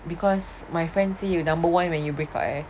because my friends say you number one when you break up eh